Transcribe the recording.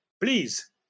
please